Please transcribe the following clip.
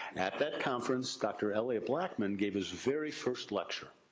at that conference, dr. eliott blackman gave his very first lecture.